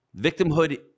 Victimhood